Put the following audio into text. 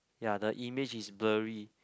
ya the image is blurry